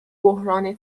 بحران